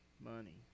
money